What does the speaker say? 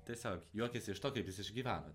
tiesiog juokiasi iš to kaip jis išgyveno